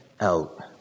out